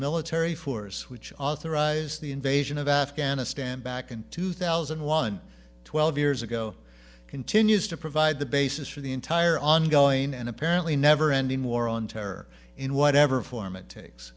military force which authorized the invasion of afghanistan back in two thousand and one twelve years ago continues to provide the basis for the entire ongoing and apparently never ending war on terror in whatever form it takes